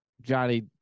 Johnny